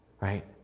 right